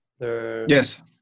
Yes